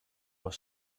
was